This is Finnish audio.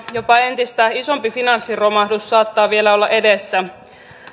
jopa entistä isompi finanssiromahdus saattaa vielä olla edessä